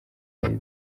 hari